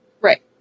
Right